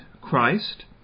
Christ